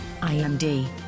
IMD